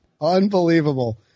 Unbelievable